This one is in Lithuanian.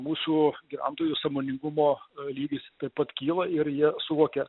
mūsų gyventojų sąmoningumo lygis taip pat kyla ir jie suvokia